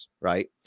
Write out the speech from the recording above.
Right